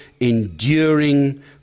enduring